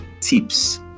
tips